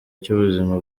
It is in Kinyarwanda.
cy’ubuzima